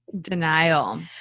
denial